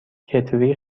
کتری